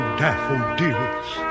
daffodils